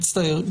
אני מצטער.